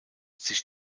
sich